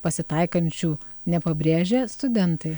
pasitaikančių nepabrėžia studentai